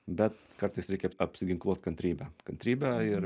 bet kartais reikia apsiginkluot kantrybe kantrybe ir